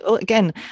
again